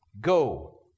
Go